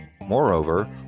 moreover